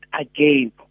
again